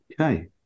okay